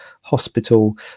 hospital